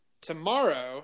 Tomorrow